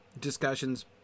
discussions